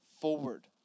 forward